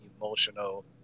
emotional